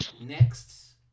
next